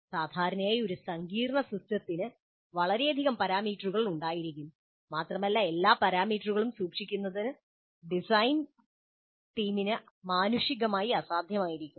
സാധാരണയായി ഒരു സങ്കീർണ്ണ സിസ്റ്റത്തിന് വളരെയധികം പാരാമീറ്ററുകൾ ഉണ്ടാകും മാത്രമല്ല എല്ലാ പാരാമീറ്ററുകളും സൂക്ഷിക്കുന്നത് ഡിസൈൻ ടീമിന് മാനുഷികമായി അസാധ്യമായിരിക്കും